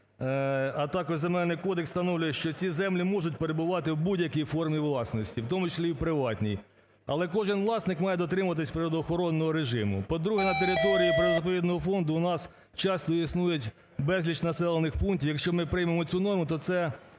а також Земельний кодекс встановлює, що ці землі можуть перебувати в будь-якій формі власності, в тому числі і приватній. Але кожен власник має дотримуватись природоохоронного режиму. По-друге, на території природно-заповідного фонду у нас часто існують безліч населених пунктів. Якщо ми приймемо цю норму, то це